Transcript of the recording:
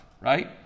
right